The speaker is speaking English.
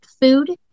food